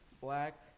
black